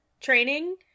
training